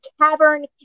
cavern